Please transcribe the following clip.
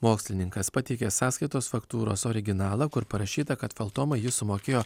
mokslininkas pateikė sąskaitos faktūros originalą kur parašyta kad feltomai jis sumokėjo